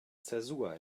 zäsur